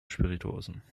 spirituosen